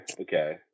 Okay